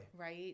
Right